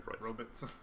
robots